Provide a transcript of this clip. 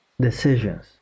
decisions